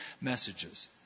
messages